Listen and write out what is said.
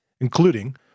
including